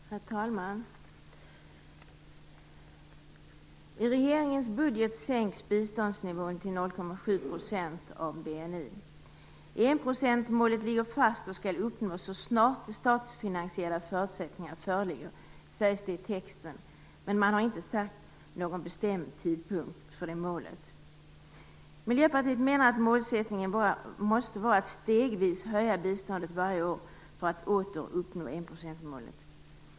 Herr talman! I regeringens budget sänks biståndsnivån till 0,7 % av BNI. Enprocentsmålet ligger fast och skall uppnås så snart de statsfinansiella förutsättningarna föreligger, sägs det i texten. Men man har inte satt någon bestämd tidpunkt för det målet. Miljöpartiet menar att målsättningen måste vara att stegvis höja biståndet varje år för att åter uppnå enprocentsmålet.